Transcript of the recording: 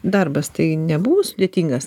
darbas tai nebuvo sudėtingas